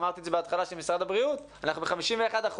אנחנו ב-51%